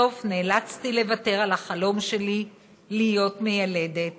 בסוף נאלצתי לוותר על החלום שלי להיות מיילדת,